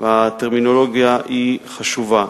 והטרמינולוגיה חשובה.